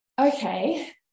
Okay